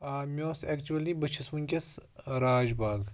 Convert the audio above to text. آ مےٚ اوس ایٚکچُؤیلی بہٕ چھَس وُنکٮ۪س راج باغ